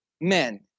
men